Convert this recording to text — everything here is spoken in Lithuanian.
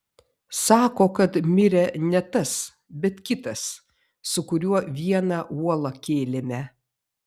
sako kad mirė ne tas bet kitas su kuriuo vieną uolą kėlėme